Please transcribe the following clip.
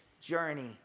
journey